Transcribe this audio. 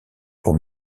pour